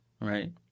right